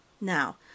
Now